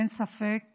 אין ספק